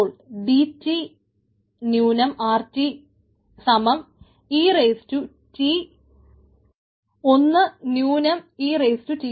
അപ്പോൾ D et